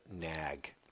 nag